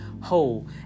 whole